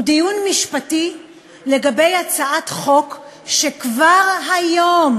הוא דיון משפטי לגבי הצעת חוק שכבר היום